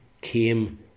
came